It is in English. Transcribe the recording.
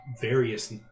various